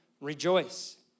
rejoice